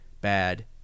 bad